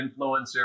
influencer